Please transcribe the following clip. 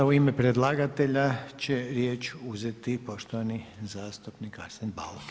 Sada u ime predlagatelja će riječ uzeti poštovani zastupnik Arsen Bauk.